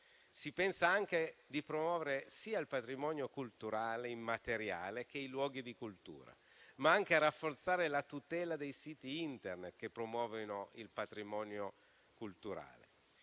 Si pensa anche di promuovere sia il patrimonio culturale immateriale sia i luoghi di cultura, ma anche di rafforzare la tutela dei siti Internet che promuovono il patrimonio culturale.